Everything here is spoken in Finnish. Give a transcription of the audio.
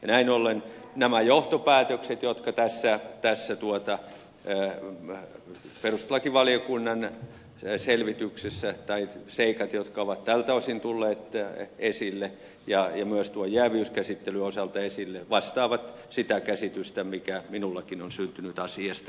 näin ollen nämä seikat jotka tässä perustuslakivaliokunnan selvityksessä ovat tältä osin ja myös tuon jääviyskäsittelyn osalta tulleet esille vastaavat sitä käsitystä mikä minullekin on syntynyt asiasta